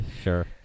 sure